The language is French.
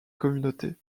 communauté